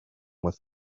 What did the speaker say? with